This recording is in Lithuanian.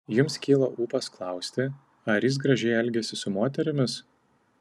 jums kyla ūpas klausti ar jis gražiai elgiasi su moterimis